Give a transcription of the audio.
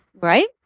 Right